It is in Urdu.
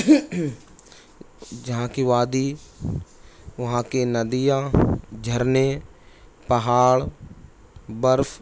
جہاں کی وادی وہاں کے ندیاں جھرنے پہاڑ برف